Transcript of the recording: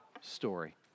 story